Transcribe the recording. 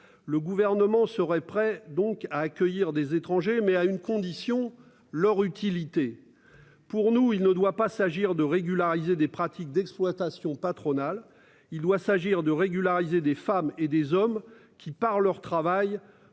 Le gouvernement serait prêt donc à accueillir des étrangers mais à une condition leur utilité. Pour nous, il ne doit pas s'agir de régulariser des pratiques d'exploitation patronale. Il doit s'agir de régulariser des femmes et des hommes qui par leur travail